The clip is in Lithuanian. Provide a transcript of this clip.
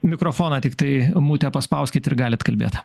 mikrofoną tiktai mute paspauskit ir galit kalbėt